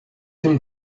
them